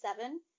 Seven